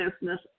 business